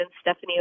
Stephanie